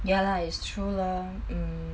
ya lah it's true lor mm